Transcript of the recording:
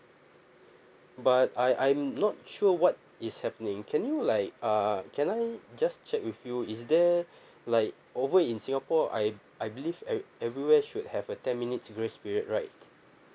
but I I'm not sure what is happening can you like uh can I just check with you is there like over in singapore I I believe ev~ everywhere should have a ten minutes grace period right